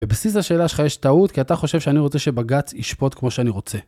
בבסיס השאלה שלך יש טעות כי אתה חושב שאני רוצה שבג"ץ ישפוט כמו שאני רוצה.